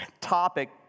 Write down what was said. topic